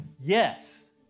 Yes